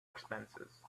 expenses